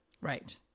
right